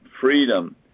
freedom